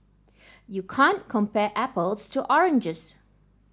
you can't compare apples to oranges